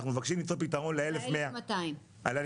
אנחנו מבקשים למצוא פתרון ל-1,200 האלה